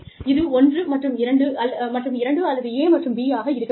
இது ஒன்று மற்றும் இரண்டு அல்லது a மற்றும் b ஆக இருக்க வேண்டும்